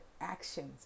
actions